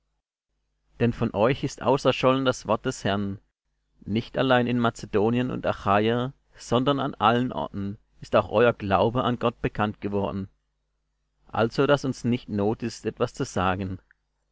denn von euch ist auserschollen das wort des herrn nicht allein in mazedonien und achaja sondern an allen orten ist auch euer glaube an gott bekannt geworden also daß uns nicht not ist etwas zu sagen